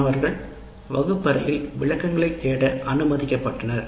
மாணவர்கள் வகுப்பறையில் விளக்கங்களைத் தேட அனுமதிக்கப்பட்டனர்